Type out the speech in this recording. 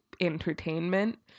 entertainment